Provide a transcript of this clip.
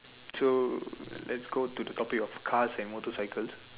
true let's go to the topic of cars and motorcycle